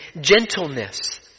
gentleness